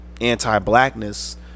anti-blackness